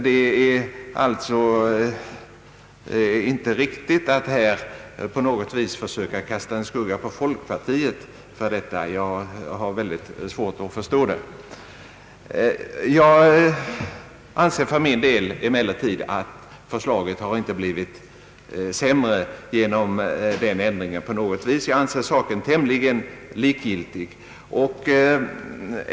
Det är alltså inte riktigt att försöka kasta en skugga på folkpartiet i detta sammanhang. Emellertid anser jag för min del inte att förslaget blivit sämre genom den här ändringen; jag anser som sagt att saken är tämligen likgiltig.